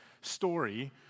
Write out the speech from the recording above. story